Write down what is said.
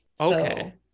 okay